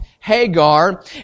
Hagar